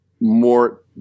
more